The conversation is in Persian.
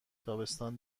تابستان